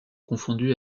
confondue